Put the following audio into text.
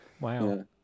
wow